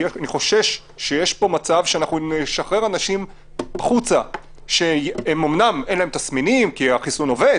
חושש שנשחרר החוצה אנשים שאמנם אין להם תסמינים כי הם התחסנו,